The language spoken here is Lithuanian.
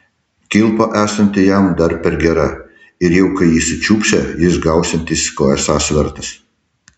kilpa esanti jam dar per gera ir jau kai jį sučiupsią jis gausiantis ko esąs vertas